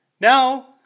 Now